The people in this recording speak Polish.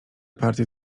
partie